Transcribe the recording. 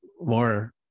more